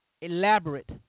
elaborate